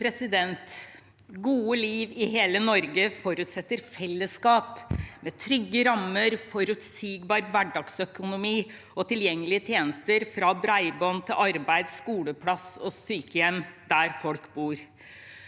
Et godt liv i hele Norge forutsetter fellesskap med trygge rammer, forutsigbar hverdagsøkonomi og tilgjengelige tjenester, fra bredbånd til arbeid, skoleplass og sykehjem der folk bor.